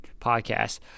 podcast